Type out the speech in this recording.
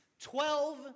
Twelve